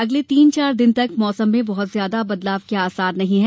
अगले तीन चार दिन तक मौसम में बहुत ज्यादा बदलाव के आसार नहीं हैं